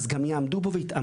אז גם יעמדו בו ויתאמצו.